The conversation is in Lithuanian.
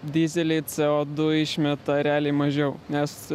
dyzeliai c o du išmeta realiai mažiau nes